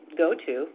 go-to